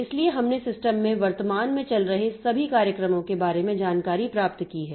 इसलिए हमने सिस्टम में वर्तमान में चल रहे सभी कार्यक्रमों के बारे में जानकारी प्राप्त की है